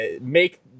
make